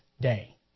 day